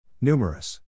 Numerous